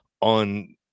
on